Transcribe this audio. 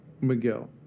Miguel